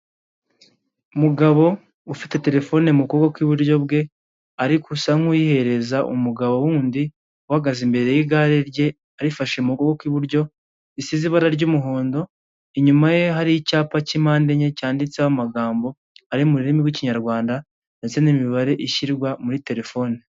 Umugabo ufite terefone mu kuboko kw'iburyo bwe ariko usa nk'uwihereza umugabo wundi uhagaze imbere y'igare rye arifashe mu kuboko kw'iburyo risize ibara ry'umuhondo inyuma ye hari icyapa cy'impande enye cyanditseho amagambo ari mu rurimi rw'ikinyarwanda ndetse n'imibare ishyirwa muri terefoni.